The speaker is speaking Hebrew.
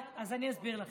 אני אתן לך